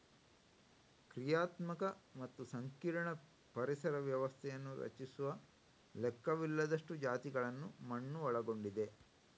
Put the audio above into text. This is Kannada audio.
ಕ್ರಿಯಾತ್ಮಕ ಮತ್ತು ಸಂಕೀರ್ಣ ಪರಿಸರ ವ್ಯವಸ್ಥೆಯನ್ನು ರಚಿಸುವ ಲೆಕ್ಕವಿಲ್ಲದಷ್ಟು ಜಾತಿಗಳನ್ನು ಮಣ್ಣು ಒಳಗೊಂಡಿದೆ